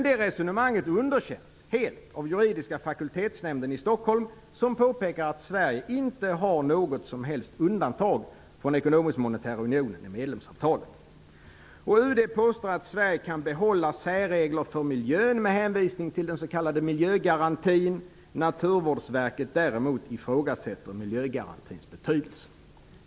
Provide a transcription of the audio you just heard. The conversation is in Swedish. Det resonemanget underkänns helt av juridiska fakultetsnämnden i Stockholm, som påpekar att Sverige inte har något som helst undantag från den ekonomiska och monetära unionen i medlemsavtalet. UD påstår att Sverige kan behålla särregler för miljön med hänvisning till den s.k. miljögarantin. Naturvårdsverket, däremot, ifrågasätter miljögarantins betydelse.